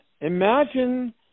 imagine